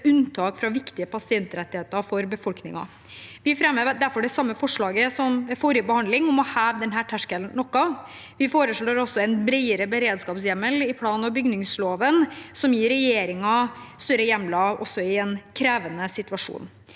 unntak fra viktige pasientrettigheter for befolkningen. Vi fremmer derfor det samme forslaget som ved forrige behandling, om å heve denne terskelen noe. Vi foreslår også en bredere beredskapshjemmel i plan- og bygningsloven, som gir regjeringen større hjemler i en krevende situasjon.